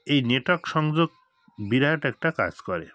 এই নেটওয়ার্ক সংযোগ বিরাট একটা কাজ করে